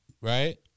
right